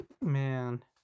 Man